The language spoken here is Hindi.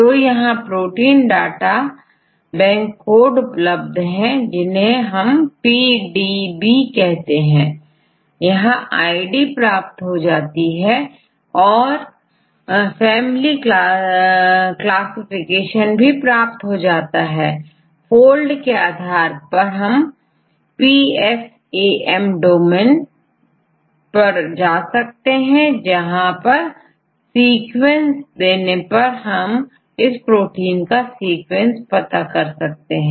तो यहां प्रोटीन डाटा बैंक कोड उपलब्ध होते हैं जिसेPDB कहते हैं यहांid प्राप्त होती है और फैमिली क्लासिफिकेशन प्राप्त हो जाता है फोल्ड के आधार परPFAMडोमेन उपलब्ध है जहां पर सीक्वेंस देने पर इस प्रोटीन का सीक्वेंस पता चल जाता है